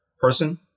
person